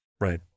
right